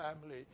family